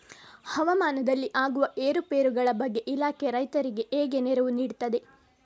ಹವಾಮಾನದಲ್ಲಿ ಆಗುವ ಏರುಪೇರುಗಳ ಬಗ್ಗೆ ಇಲಾಖೆ ರೈತರಿಗೆ ಹೇಗೆ ನೆರವು ನೀಡ್ತದೆ?